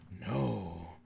No